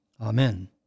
Amen